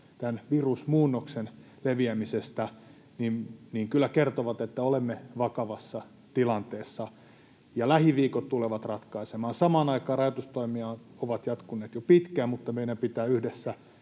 tämän virusmuunnoksen leviämisestä, kyllä kertovat, että olemme vakavassa tilanteessa ja lähiviikot tulevat ratkaisemaan. Samaan aikaan rajoitustoimet ovat jatkuneet jo pitkään, mutta meidän pitää yhdessä